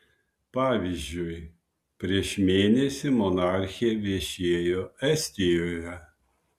pavyzdžiui prieš mėnesį monarchė viešėjo estijoje